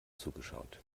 zugeschaut